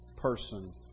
person